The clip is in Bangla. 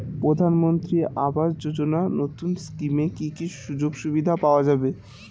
প্রধানমন্ত্রী আবাস যোজনা নতুন স্কিমে কি কি সুযোগ সুবিধা পাওয়া যাবে?